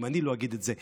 ואם אני לא אגיד את זה,